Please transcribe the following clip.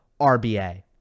RBA